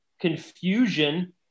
confusion